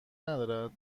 ندارد